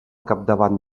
capdavant